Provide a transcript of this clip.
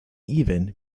even